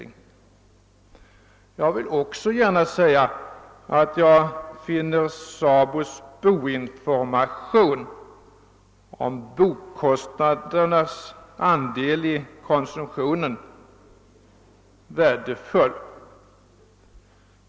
I det sammanhanget vill jag framhåll att SABO:s information om bokostnadernas andel i konsumtionen är värdefull.